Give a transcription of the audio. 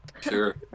Sure